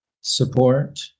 support